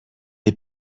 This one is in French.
des